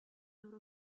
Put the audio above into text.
loro